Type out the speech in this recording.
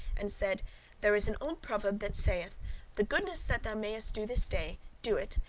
and said there is an old proverb that saith, the goodness that thou mayest do this day, do it,